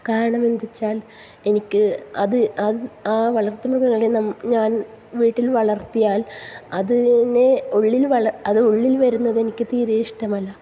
കാരണമെന്ത്ച്ചാൽ എനിക്ക് അത് ആ വളർത്തുമൃഗങ്ങളെ നാം ഞാൻ വീട്ടിൽ വളർത്തിയാൽ അതിനെ ഉള്ളിൽ വ അത് ഉള്ളിൽ വരുന്നത് എനിക്ക് തീരെ ഇഷ്ടമല്ല